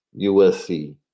USC